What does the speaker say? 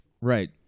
Right